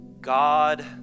God